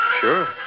Sure